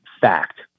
fact